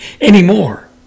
anymore